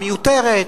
מיותרת,